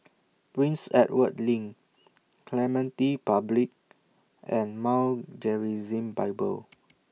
Prince Edward LINK Clementi Public and Mount Gerizim Bible